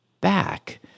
back